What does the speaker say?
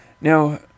Now